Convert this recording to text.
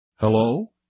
Hello